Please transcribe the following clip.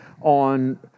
on